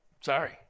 Sorry